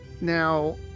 Now